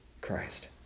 Christ